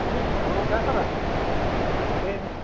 मिसहरू जान्छ त प्रेरणा